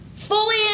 Fully